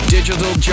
Digital